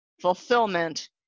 fulfillment